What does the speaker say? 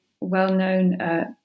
well-known